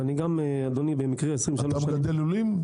אתה מגדל לולים?